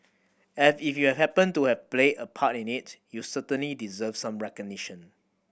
and if you happened to have played a part in it you certainly deserve some recognition